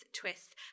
twist